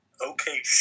okay